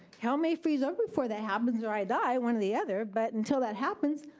hell may freeze over before that happens or i die. one or the other, but until that happens,